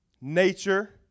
nature